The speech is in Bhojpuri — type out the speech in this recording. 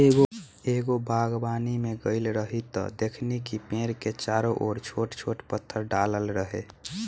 एगो बागवानी में गइल रही त देखनी कि पेड़ के चारो ओर छोट छोट पत्थर डालल रहे